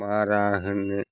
मारा होनो